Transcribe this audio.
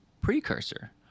precursor